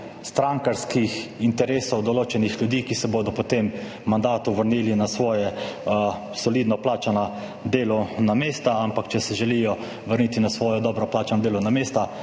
strankarskih interesov določenih ljudi, ki se bodo po tem mandatu vrnili na svoja solidno plačana delovna mesta, ampak če se želijo vrniti na svoja dobro plačana delovna mesta,